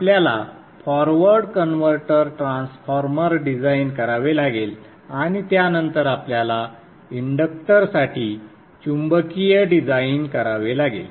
आपल्याला forward converter transformer design करावे लागेल आणि त्यानंतर आपल्याला इंडक्टरसाठी चुंबकीय डिझाइन करावे लागेल